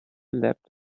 leapt